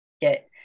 get